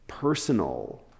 personal